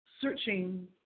searching